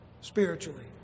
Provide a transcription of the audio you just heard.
spiritually